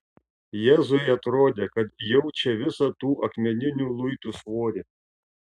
jėzui atrodė kad jaučia visą tų akmeninių luitų svorį